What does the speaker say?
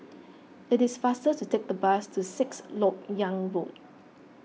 it is faster to take the bus to Sixth Lok Yang Road